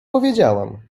powiedziałam